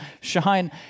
shine